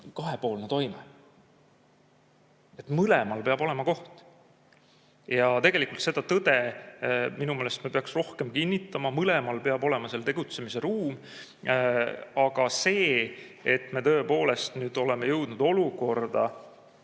kahepoolne toime. Mõlemal peab olema koht. Ja tegelikult seda tõde minu meelest me peaksime rohkem kinnitama, mõlemal peab olema seal tegutsemise ruum. Aga see, et me tõepoolest oleme nüüd jõudnud olukorda,